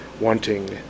wanting